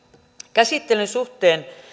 käsittelyn suhteen